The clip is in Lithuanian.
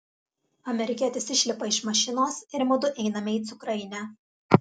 amerikietis išlipa iš mašinos ir mudu einame į cukrainę